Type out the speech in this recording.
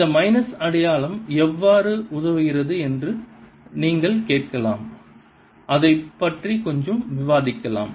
இந்த மைனஸ் அடையாளம் எவ்வாறு உதவுகிறது என்று நீங்கள் கேட்கலாம் அதைப் பற்றி கொஞ்சம் விவாதிக்கலாம்